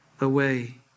away